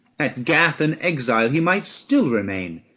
at gath an exile he might still remain,